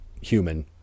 human